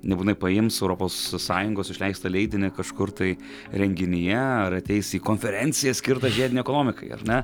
nebūtinai paims europos sąjungos išleistą leidinį kažkur tai renginyje ar ateis į konferenciją skirtą žiedinei ekonomikai ar ne